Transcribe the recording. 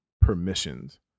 permissions